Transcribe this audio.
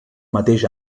mateix